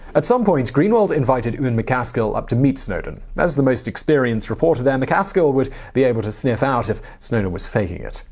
at some point, greenwald invited ewan macaskill up to meet snowden. as the most experienced reporter there, macaskill would be able to sniff out if snowden was faking it.